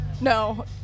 no